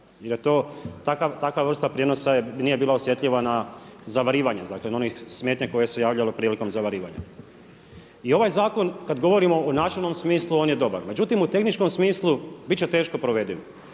i da to, takva vrsta prijenosa nije bila osjetljiva na zavarivanje, dakle na one smetnje koje su se javljale prilikom zavarivanja. I ovaj zakon kada govorimo u načelnom smislu on je dobar. Međutim, u tehničkom smislu biti će teško provediv.